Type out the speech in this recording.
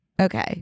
okay